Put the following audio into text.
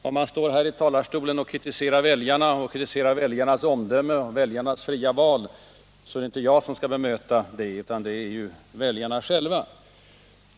Om man kritiserar väljarnas omdöme och resultatet av deras fria val, är det inte jag som skall bemöta det utan väljarna själva.